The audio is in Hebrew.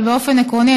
אבל באופן עקרוני,